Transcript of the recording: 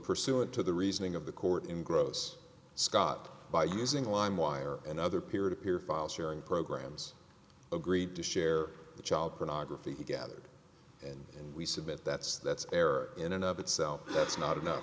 pursuant to the reasoning of the court in gross scott by using lime wire and other peer to peer file sharing programs agreed to share the child pornography he gathered and and we submit that's that's error in and of itself that's not enough